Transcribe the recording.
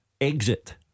exit